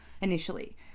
initially